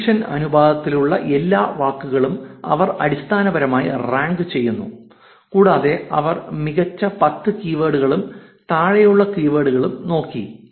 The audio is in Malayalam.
ഡിലീഷിഷൻ അനുപാതത്തിലുള്ള എല്ലാ വാക്കുകളും അവർ അടിസ്ഥാനപരമായി റാങ്ക് ചെയ്യുന്നു കൂടാതെ അവർ മികച്ച പത്ത് കീവേഡുകളും താഴെയുള്ള കീവേഡുകളും നോക്കി